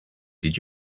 did